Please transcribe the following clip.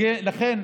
לכן,